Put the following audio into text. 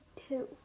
two